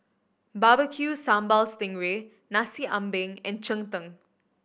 Barbecue Sambal sting ray Nasi Ambeng and cheng tng